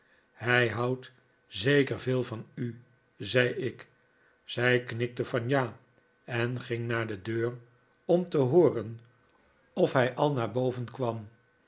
hij houdt zeker veel van u zei ik zij knikte van ja en ging naar de deur om te hooren of hij al naar boven kwam